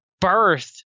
birth